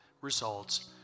results